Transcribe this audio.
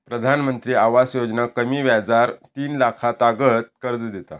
प्रधानमंत्री आवास योजना कमी व्याजार तीन लाखातागत कर्ज देता